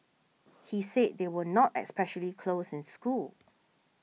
he said they were not especially close in school